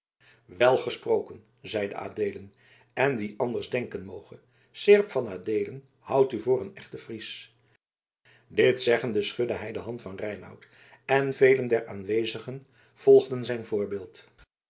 wèl gesproken zeide adeelen en wie anders denken moge seerp van adeelen houdt u voor een echten fries dit zeggende schudde hij de hand van reinout en velen der aanwezigen volgden zijn voorbeeld